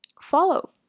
follow